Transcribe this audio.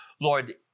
Lord